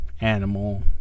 Animal